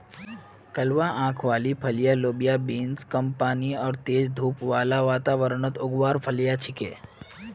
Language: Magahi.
कलवा आंख वाली फलियाँ लोबिया बींस कम पानी आर तेज धूप बाला वातावरणत उगवार फलियां छिके